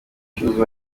cyuzuzo